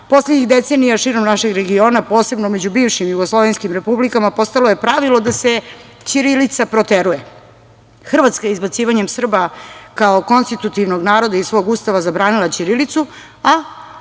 Poslednjih decenija širom našeg regiona, posebno među bivšim jugoslovenskim republikama postalo je pravilo da se ćirilica proteruje. Hrvatska izbacivanjem Srba kao konstitutivnog naroda iz svog Ustava zabranila ćirilicu,